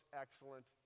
excellent